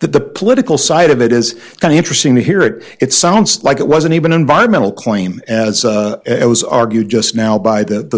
that the political side of it is kind of interesting to hear it it sounds like it was an even environmental claim as it was argued just now by the